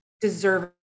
deserve